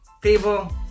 people